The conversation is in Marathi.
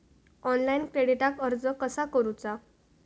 ऑनलाइन क्रेडिटाक अर्ज कसा करुचा?